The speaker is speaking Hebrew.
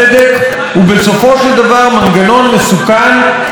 הוא בסופו של דבר מנגנון מסוכן ומזיק.